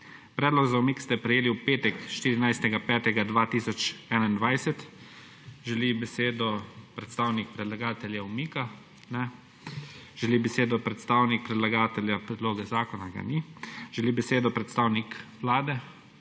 Predlog za umik ste prejeli v petek, 14. 5. 2021. Želi besedo predstavnik predlagatelja umika? Ne. želi besedo predstavnik predlagatelja predloga zakona? Ga ni. Želi besedo predstavnik Vlade?